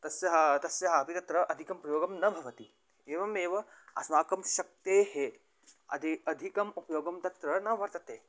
तस्यः तस्यः अपि तत्र अधिकं प्रयोगं न भवति एवमेव अस्माकं शक्तेः अधे अधिकम् उपयोगं तत्र न वर्तते